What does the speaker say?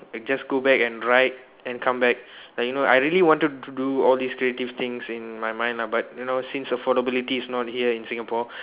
like just go back and ride and come back like you know I really wanted to do all these creative things in my mind lah but you know since affordability is not here in Singapore